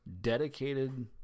dedicated